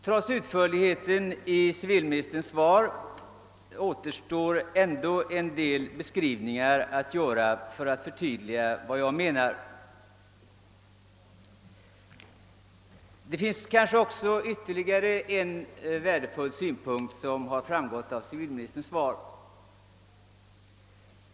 Trots utförligheten av civilministerns svar återstår för mig att göra en del beskrivningar för att förtydliga vad jag menar. Kanske ytterligare en värdefull synpunkt har framgått av svaret.